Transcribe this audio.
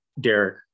Derek